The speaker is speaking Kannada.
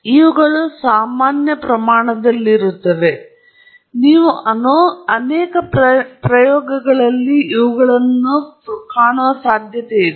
ಆದ್ದರಿಂದ ಇವುಗಳು ಸಾಮಾನ್ಯ ಪ್ರಮಾಣದಲ್ಲಿರುತ್ತವೆ ನೀವು ಅನೇಕ ಪ್ರಯೋಗಗಳಲ್ಲಿ ಕಾಣುವ ಸಾಧ್ಯತೆಯಿದೆ